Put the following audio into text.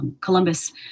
Columbus